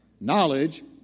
Knowledge